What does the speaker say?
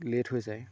late হৈ যায়